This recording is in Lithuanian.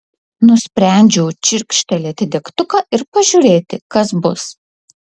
nusprendžiau čirkštelėti degtuką ir pažiūrėti kas bus